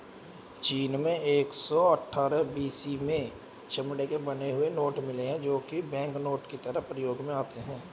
चीन में एक सौ अठ्ठारह बी.सी में चमड़े के बने हुए नोट मिले है जो की बैंकनोट की तरह प्रयोग में आते थे